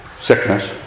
sickness